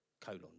colon